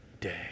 day